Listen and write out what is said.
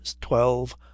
twelve